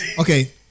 okay